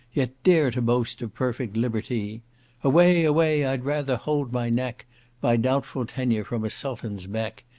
yet dare to boast of perfect liberty away, away, i'd rather hold my neck by doubtful tenure from a sultan's beck,